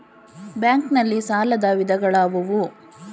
Bank ನಲ್ಲಿ ಸಾಲದ ವಿಧಗಳಾವುವು?